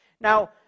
Now